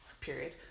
Period